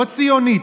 לא ציונית,